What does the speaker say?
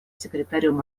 секретарем